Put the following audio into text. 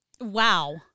Wow